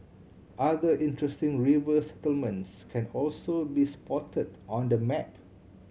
other interesting river settlements can also be spotted on the map